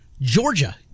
Georgia